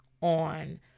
on